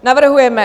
Navrhujeme: